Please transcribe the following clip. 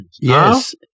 Yes